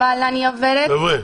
אבל אני עוברת --- חבר'ה,